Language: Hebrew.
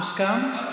מוסכם?